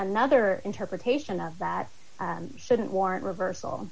another interpretation of that shouldn't warrant reversal